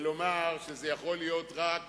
ולומר שזה יכול להיות רק